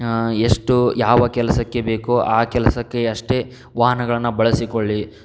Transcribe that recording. ಎಷ್ಟು ಯಾವ ಕೆಲಸಕ್ಕೆ ಬೇಕೋ ಆ ಕೆಲಸಕ್ಕೆ ಅಷ್ಟೇ ವಾಹನಗಳನ್ನು ಬಳಸಿಕೊಳ್ಳಿ